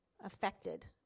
affected